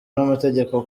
n’amategeko